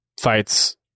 fights